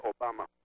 Obama